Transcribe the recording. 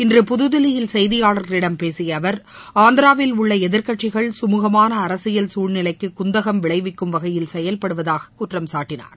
இன்று புதுதில்லியில் செய்தியாள்களிடம் பேசிய அவர் ஆந்திராவில் உள்ள எதிர்க்கட்சிகள் சமூகமாள அரசியல் சூழ்நிலைக்கு குந்தகம் விளைவிக்கும் வகையில் செயல்படுவதாக குற்றம்சாட்டினார்